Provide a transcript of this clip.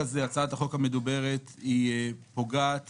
הצעת החוק המדוברת פוגעת